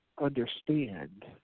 understand